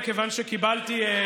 פשוט תירגע.